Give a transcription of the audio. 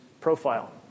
profile